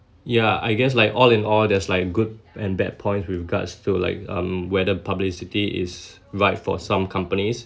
yeah I guess like all in all there's like good and bad points with regards to like um whether publicity is right for some companies